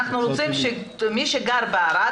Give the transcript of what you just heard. מי שגר בערד,